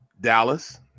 Dallas